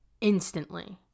Instantly